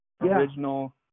original